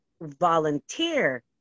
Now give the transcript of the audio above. volunteer